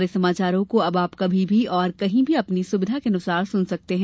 हमारे समाचारों को अब आप कभी भी और कहीं भी अपनी सुविधा के अनुसार सुन सकते हैं